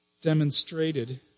Demonstrated